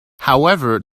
however